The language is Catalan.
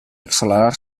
accelerar